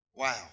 Wow